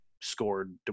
scored